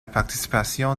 participation